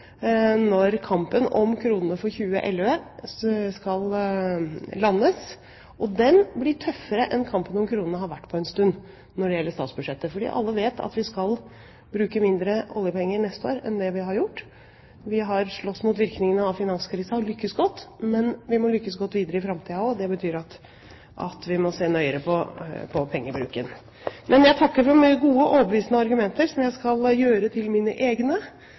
når kampen om kronene for 2011 skal landes, og den blir tøffere enn kampen om kronene har vært på en stund når det gjelder statsbudsjettet, for alle vet at vi skal bruke mindre oljepenger neste år enn det vi har gjort før. Vi har slåss mot virkningene av finanskrisen og lyktes godt. Men vi må lykkes godt videre i framtiden også, og det betyr at vi må se nøyere på pengebruken. Men jeg takker for gode og overbevisende argumenter som jeg skal gjøre til mine egne